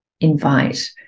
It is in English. invite